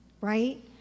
right